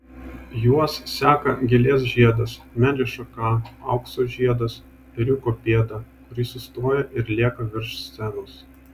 juos seka gėlės žiedas medžio šaka aukso žiedas ėriuko pėda kuri sustoja ir lieka virš scenos